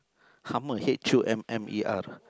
hummer H U M M E R